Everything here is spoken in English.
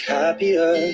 happier